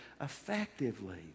effectively